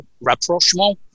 rapprochement